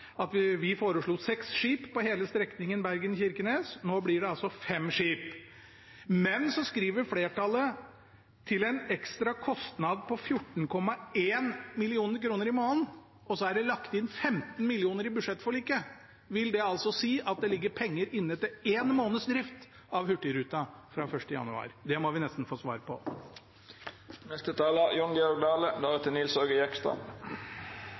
Vi foreslo seks skip på hele strekningen Bergen–Kirkenes. Nå blir det altså fem skip. Men så skriver flertallet: «til en ekstra kostnad på 14,1 mill. kroner per måned.» Og så er det lagt inn 15 mill. kr i budsjettforliket. Vil det altså si at det ligger penger inne til én måneds drift av hurtigruta fra 1. januar? Det må vi nesten få svar på.